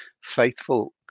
faithful